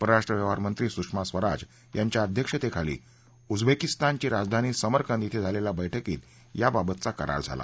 परराष्ट्र व्यवहार मंत्री सुषमा स्वराज यांच्या अध्यक्षतेखाली उझबेकिस्तानची राजधानी समरकंद श्री झालेल्या बैठकीत याबाबतचा करार झाला